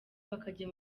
bakajya